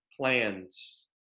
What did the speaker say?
plans